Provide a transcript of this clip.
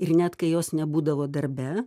ir net kai jos nebūdavo darbe